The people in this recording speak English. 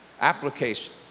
application